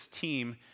team